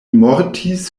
mortis